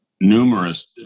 numerous